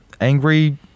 angry